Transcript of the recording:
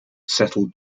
settled